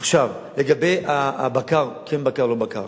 עכשיו, לגבי הבקר, כן בקר, לא בקר.